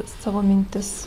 savo mintis